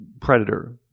predator